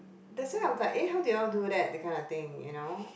that's why I was like eh how did you all do that that kind of thing you know